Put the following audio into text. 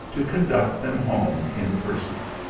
to conduct them home in person.